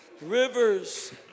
rivers